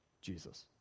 Jesus